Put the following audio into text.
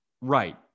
Right